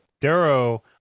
darrow